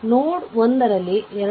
ನೋಡ್ 1 ರಲ್ಲಿ 2